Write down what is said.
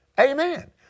Amen